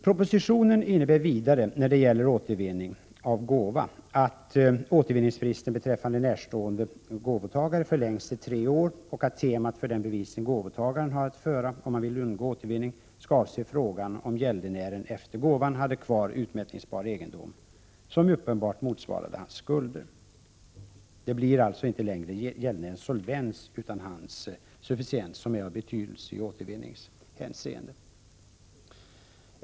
Propositionen innebär vidare i fråga om återvinning av gåva att återvinningsfristen beträffande närstående gåvotagare förlängs till tre år och att temat för den bevisning som gåvotagaren har att föra om han vill undgå återvinning skall avse frågan om gäldenären efter gåva hade kvar utmätningsbar egendom som uppenbarligen motsvarade hans skulder. Det blir alltså inte längre gäldenärens solvens utan hans sufficiens som är av betydelse i återvinningshänseende.